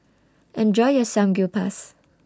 Enjoy your Samgyeopsal